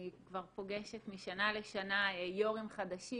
אני כבר פוגשת משנה לשנה יו"רים חדשים.